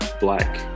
black